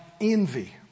Envy